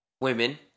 women